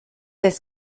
this